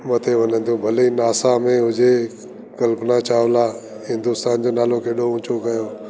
मथे उननि जो भले ई नासा में हुजे कल्पना चावला हिंदुस्तान जो नालो केॾो ऊंचो कयो